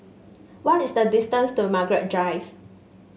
what is the distance to Margaret Drive